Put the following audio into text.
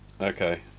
Okay